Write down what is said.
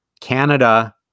Canada